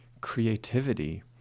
creativity